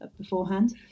beforehand